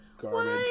garbage